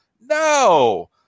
no